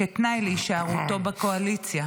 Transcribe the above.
כתנאי להישארותו בקואליציה.